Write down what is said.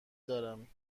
دارم